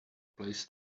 pays